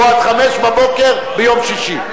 או עד 05:00 ביום שישי.